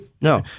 No